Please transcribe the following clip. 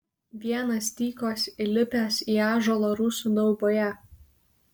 vienas tykos įlipęs į ąžuolą rusų dauboje